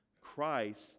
christ